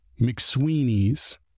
McSweeney's